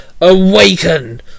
awaken